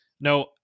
no